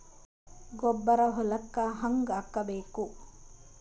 ಗೊಬ್ಬರ ಹೊಲಕ್ಕ ಹಂಗ್ ಹಾಕಬೇಕು?